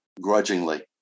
grudgingly